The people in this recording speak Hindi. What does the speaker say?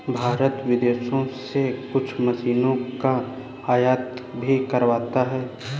भारत विदेशों से कुछ मशीनों का आयात भी करवाता हैं